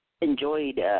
enjoyed